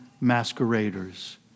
masqueraders